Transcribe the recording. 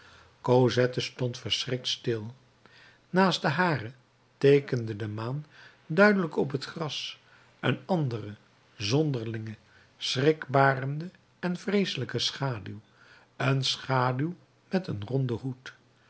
stond verschrikt stil naast de hare teekende de maan duidelijk op het gras een andere zonderlinge schrikbarende en vreeselijke schaduw een schaduw met een ronden hoed